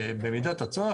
במידת הצורך,